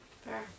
Fair